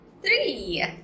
three